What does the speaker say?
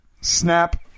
Snap